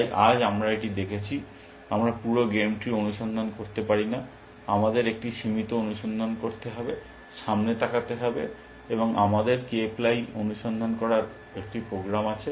তাই আজ আমরা এটি দেখেছি আমরা পুরো গেম ট্রি অনুসন্ধান করতে পারি না আমাদের একটি সীমিত অনুসন্ধান করতে হবে সামনে তাকাতে হবে এবং আমাদের k প্লাই অনুসন্ধান করার জন্য একটি প্রোগ্রাম আছে